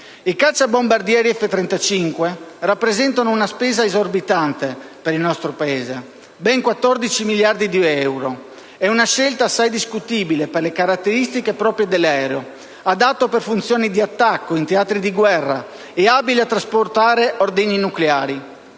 I cacciabombardieri F-35 comportano una spesa esorbitante per il nostro Paese (ben 14 miliardi di euro). È una scelta assai discutibile, per le caratteristiche proprie dell'aereo, adatto per funzioni di attacco in teatri di guerra ed abile a trasportare ordigni nucleari.